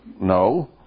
No